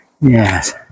Yes